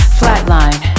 flatline